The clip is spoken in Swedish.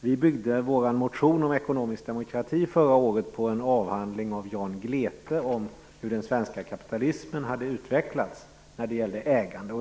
Vi byggde vår motion om ekonomisk demokrati förra året på en avhandling av Jan Glete om hur den svenska kapitalismen hade utvecklats när det gäller ägande.